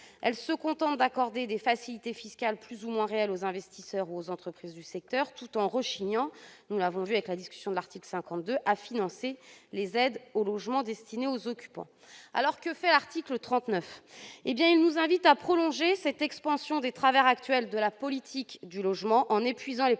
Il se contente d'accorder des facilités fiscales plus ou moins réelles aux investisseurs ou aux entreprises du secteur, tout en rechignant- nous l'avons vu avec la discussion de l'article 52 -à financer les aides au logement destinées aux occupants. Que fait l'article 39 ? Eh bien, il nous invite à prolonger cette expansion des travers actuels de la politique du logement en épuisant les